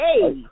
hey